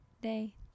Day